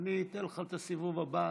אני אתן לך בסיבוב הבא.